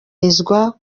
bashaka